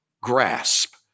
grasp